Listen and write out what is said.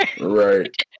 right